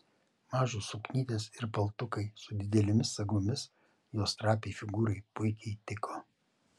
mažos suknytės ir paltukai su didelėmis sagomis jos trapiai figūrai puikiai tiko